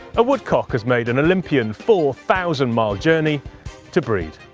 a woodcock has made an olympian four thousand mile journey to breed.